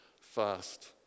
fast